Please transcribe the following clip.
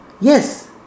Yes